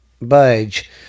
budge